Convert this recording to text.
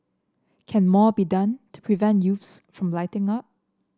can more be done to prevent youths from lighting up